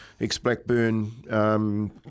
ex-Blackburn